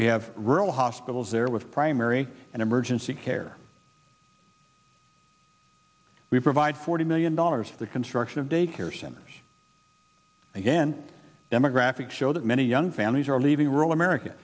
we have rural hospitals there with primary and emergency care we provide forty million dollars for the construction of daycare centers again demographics show that many young families are leaving rural america